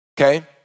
okay